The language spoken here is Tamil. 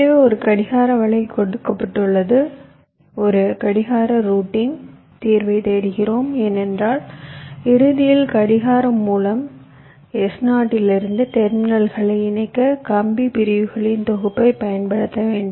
எனவே ஒரு கடிகார வலை கொடுக்கப்பட்டுள்ளது ஒரு கடிகார ரூட்டிங் தீர்வைத் தேடுகிறோம் ஏனென்றால் இறுதியில் கடிகார மூலம் S0 இலிருந்து டெர்மினல்களை இணைக்க கம்பி பிரிவுகளின் தொகுப்பைப் பயன்படுத்த வேண்டும்